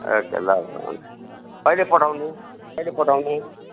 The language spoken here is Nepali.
ओके ल ल हुन्छ कहिले पठाउनु कहिले पठाउनु